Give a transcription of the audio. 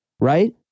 Right